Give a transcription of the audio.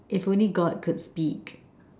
if only god could speak